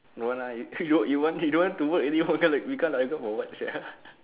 don't want lah you you don't want to work already how come like we come I come for what sia